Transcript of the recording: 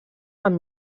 amb